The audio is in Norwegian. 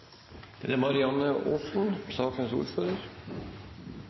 Da er det